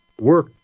work